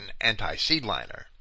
anti-seedliner